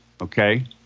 okay